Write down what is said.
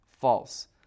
false